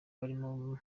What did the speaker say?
barimo